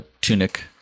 tunic